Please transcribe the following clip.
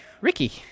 Ricky